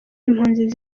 impunzi